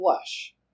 flesh